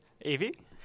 Evie